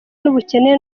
n’ubukene